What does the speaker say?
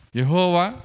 Yehova